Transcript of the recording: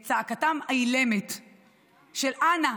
את צעקתם האילמת של: אנא,